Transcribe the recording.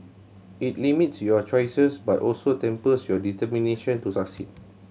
it limits your choices but also tempers your determination to succeed